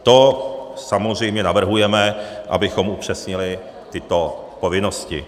To samozřejmě navrhujeme, abychom upřesnili tyto povinnosti.